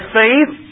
faith